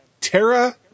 Tara